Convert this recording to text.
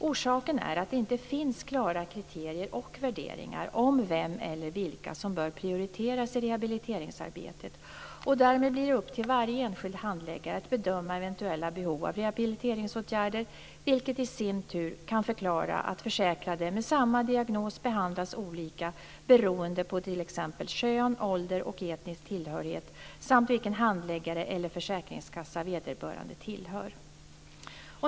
Orsaken är att det inte finns klara kriterier och värderingar om vem eller vilka som bör prioriteras i rehabiliteringsarbetet. Därmed blir det upp till varje enskild handläggare att bedöma eventuella behov av rehabiliteringsåtgärder, vilket i sin tur kan förklara att försäkrade med samma diagnos behandlas olika beroende på t.ex. kön, ålder och etnisk tillhörighet samt vilken handläggare eller försäkringskassa vederbörande tillhör.